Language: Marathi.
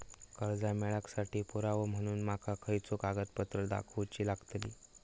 कर्जा मेळाक साठी पुरावो म्हणून माका खयचो कागदपत्र दाखवुची लागतली?